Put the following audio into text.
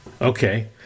Okay